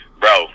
Bro